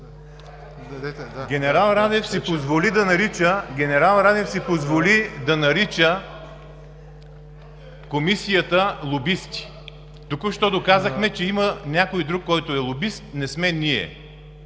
Генерал Радев си позволи да нарича Комисията „лобисти“. Току-що доказахме, че има някой друг, който е лобист. Не сме ние.